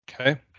Okay